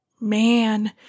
Man